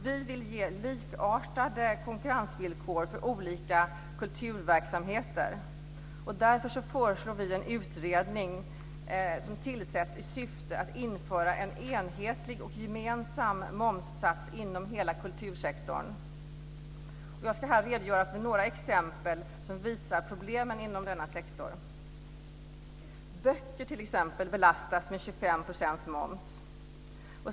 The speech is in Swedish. Vi vill ge likartade konkurrensvillkor för olika kulturverksamheter. Därför föreslår vi en utredning som tillsätts i syfte att införa en enhetlig och gemensam momssats inom hela kultursektorn. Jag ska här redogöra för några exempel som visar problemen inom denna sektor. Böcker t.ex. belastas med 25 % moms.